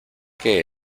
que